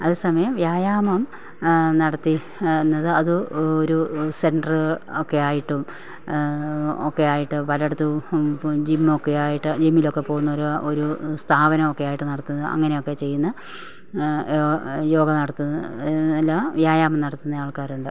അതേസമയം വ്യായാമം നടത്തി എന്നത് അത് ഒരു സെൻറ്റർ ഒക്കെ ആയിട്ടും ഒക്കെയായിട്ടു പലയിടത്തും ഇപ്പോൾ ജിമ്മൊക്കെയായിട്ടു ജിമ്മിലൊക്കെ പോകുന്നവർ ഒരു സ്ഥാപനമൊക്കെയായിട്ടു നടത്തുന്ന അങ്ങനെയൊക്കെ ചെയ്യുന്ന യോ യോഗ നടത്തുന്ന എല്ലാ വ്യായാമം നടത്തുന്ന ആൾക്കാരുണ്ട്